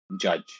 judge